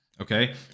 Okay